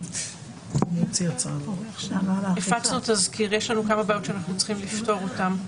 יש לנו כמה בעיות שאנחנו צריכים לפתור אותן.